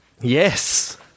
Yes